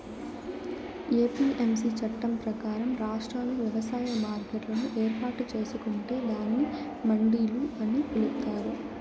APMC చట్టం ప్రకారం, రాష్ట్రాలు వ్యవసాయ మార్కెట్లను ఏర్పాటు చేసుకొంటే దానిని మండిలు అని పిలుత్తారు